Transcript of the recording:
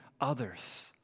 others